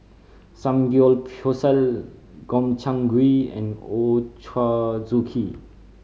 Samgyeopsal Gobchang Gui and Ochazuke